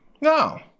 No